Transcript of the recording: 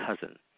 cousin